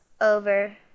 over